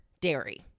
dairy